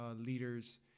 leaders